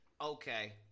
Okay